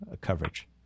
coverage